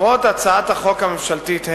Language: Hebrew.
מטרות הצעת החוק הממשלתית: